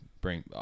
bring